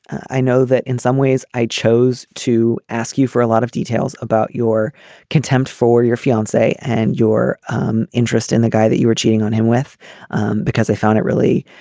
i know that in some ways i chose to ask you for a lot of details about your contempt for your fiancee and your um interest in the guy that you were cheating on him with because i found it really